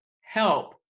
help